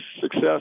success